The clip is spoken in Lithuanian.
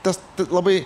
tas labai